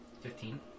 Fifteen